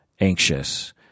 anxious